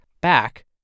back